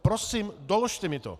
Prosím doložte mi to!